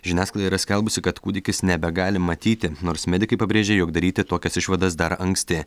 žiniasklaida yra skelbusi kad kūdikis nebegali matyti nors medikai pabrėžė jog daryti tokias išvadas dar anksti